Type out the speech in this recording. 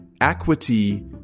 Equity